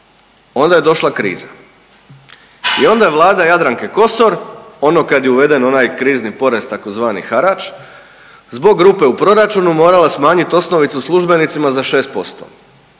onda je došla kriza i onda je vlada Jadranke Kosor, ono kad je uveden onaj krizni porez tzv. harač zbog rupe u proračunu morala smanjiti osnovicu službenicima za 6%,